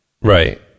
right